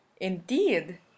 indeed